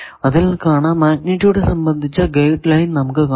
ഇതിൽ നിന്നും മാഗ്നിറ്റൂഡ് സംബന്ധിച്ച ഗൈഡ് ലൈൻ നമുക്ക് കാണാം